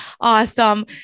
Awesome